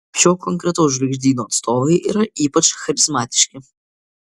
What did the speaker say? šio konkretaus žvaigždyno atstovai yra ypač charizmatiški